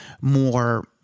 more